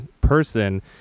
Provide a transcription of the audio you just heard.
person